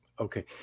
Okay